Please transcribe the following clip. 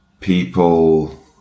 people